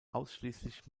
ausschließlich